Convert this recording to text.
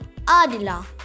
Adila